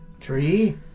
Tree